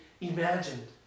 imagined